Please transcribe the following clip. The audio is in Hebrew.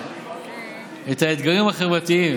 וההצעה היום,